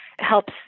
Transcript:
helps